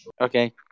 Okay